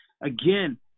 again